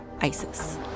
ISIS